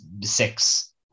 six